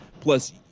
Plus